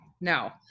No